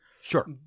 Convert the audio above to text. sure